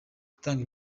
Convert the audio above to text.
gutanga